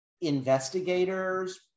Investigators